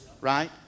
right